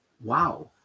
wow